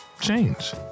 change